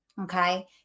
Okay